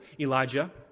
Elijah